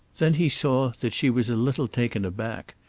then he saw that she was a little taken aback,